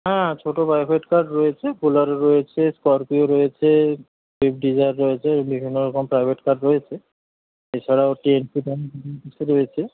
হ্যাঁ ছোটো private car রয়েছে বোলেরো রয়েছে স্করপিও রয়েছে সুইফ্ট ডিজায়ার রয়েছে বিভিন্নরকম প্রাইভেট কার রয়েছে এছাড়াও রয়েছে